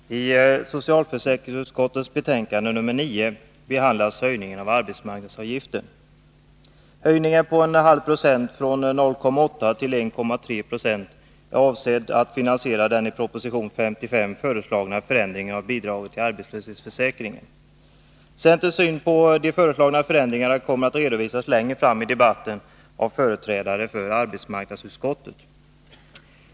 Herr talman! I socialförsäkringsutskottets betänkande nr 9 behandlas höjningen av arbetsmarknadsavgiften. Höjningen på en halv procent från 0,8 till 1,3 20 är avsedd att finansiera de i proposition 55 föreslagna förändringarna av bidraget till arbetslöshetsförfsäkringen. Centerns syn på de föreslagna förändringarna kommer att redovisas längre fram i debatten av centerns företrädare i arbetsmarknadsutskottet.